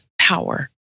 power